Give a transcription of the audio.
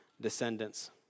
descendants